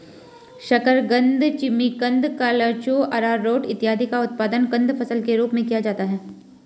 शकरकंद, जिमीकंद, कचालू, आरारोट इत्यादि का उत्पादन कंद फसल के रूप में किया जाता है